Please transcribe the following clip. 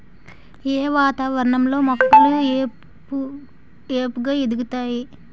ఏ వాతావరణం లో మొక్కలు ఏపుగ ఎదుగుతాయి?